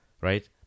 right